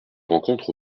rencontre